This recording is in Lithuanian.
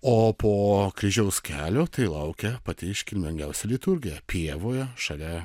o po kryžiaus kelio kai laukia pati iškilmingiausia liturgija pievoje šalia